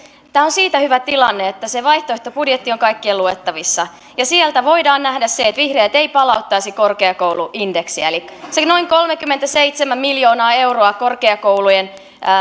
tämä on siitä hyvä tilanne että se vaihtoehtobudjetti on kaikkien luettavissa ja sieltä voidaan nähdä se että vihreät ei palauttaisi korkeakouluindeksiä eli sitä noin kolmekymmentäseitsemän miljoonaa euroa korkeakoulujen